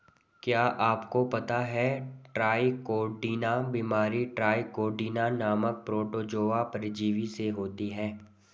क्या आपको पता है ट्राइकोडीना बीमारी ट्राइकोडीना नामक प्रोटोजोआ परजीवी से होती है?